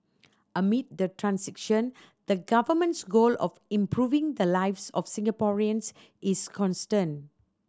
amid the transition the Government's goal of improving the lives of Singaporeans is constant